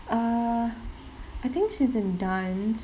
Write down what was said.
err I think she's in dance